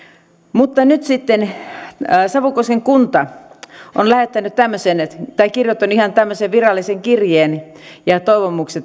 mutta nyt sitten savukosken kunta on kirjoittanut ihan tämmöisen virallisen kirjeen ja toivomuksen